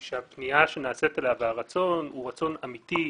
היא שהפנייה שנעשית אליה והרצון הוא רצון אמיתי,